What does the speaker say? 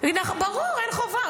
ברור, אין חובה.